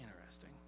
Interesting